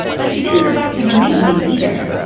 but she didn't go back to her maiden name, either.